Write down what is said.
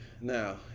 Now